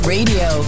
Radio